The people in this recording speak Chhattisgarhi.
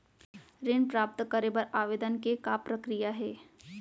ऋण प्राप्त करे बर आवेदन के का प्रक्रिया हे?